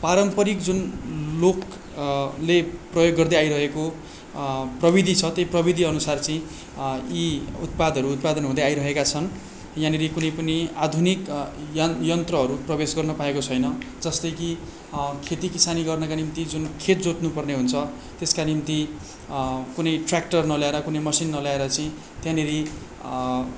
पारम्परिक जुन लोक ले प्रयोग गर्दै आइरहेको प्रविधि छ त्यही प्रविधि अनुसार चाहिँ यी उत्पादहरू उत्पादन हुँदै आइरहेका छन् यहाँनेरि कुनै पनि आधुनिक यन यन्त्रहरू प्रवेश गर्न पाएको छैन जस्तै कि खेती किसान गर्नका निम्ति जुन खेत जोत्नु पर्ने हुन्छ त्यसका निम्ति कुनै ट्य्राक्टर नल्याएर कुनै मेसिन नल्याएर चाहिँ त्यहाँनेरि